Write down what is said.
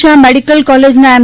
Shah medical કોલેજના એમ